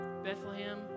Bethlehem